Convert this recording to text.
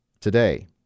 Today